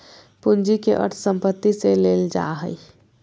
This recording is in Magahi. पूंजी के अर्थ संपत्ति से लेल जा हइ